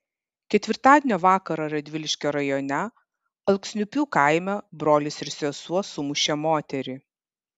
ketvirtadienio vakarą radviliškio rajone alksniupių kaime brolis ir sesuo sumušė moterį